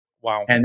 Wow